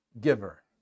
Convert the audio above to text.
Giver